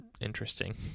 interesting